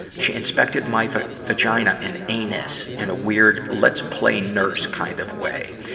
she inspected my vagina and anus in a weird let's play nurse kind of way.